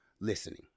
listening